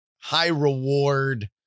high-reward